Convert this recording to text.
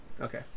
Okay